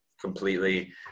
completely